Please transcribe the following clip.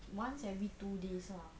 once every two days ah